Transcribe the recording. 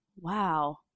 wow